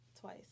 twice